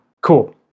Cool